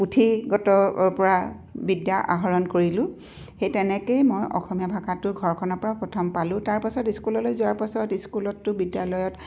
পুঠিগতৰ পৰা বিদ্যা আহৰণ কৰিলোঁ সেই তেনেকেই মই অসমীয়া ভাষাটো ঘৰখনৰ পৰা প্ৰথম পালোঁ তাৰপাছত স্কুললৈ যোৱাৰ পাছত স্কুলতটো বিদ্যালয়ত